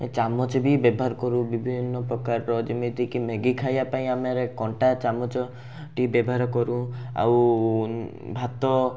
ଚାମଚ ବି ବ୍ୟବହାର କରୁ ବିଭିନ୍ନ ପ୍ରକାରର ଯେମିତିକି ମ୍ୟାଗି ଖାଇବା ପାଇଁ ଆମେ କଣ୍ଟା ଚାମଚ ଟି ବ୍ୟବହାର କରୁ ଆଉ ଭାତ